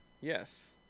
Yes